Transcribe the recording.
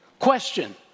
Question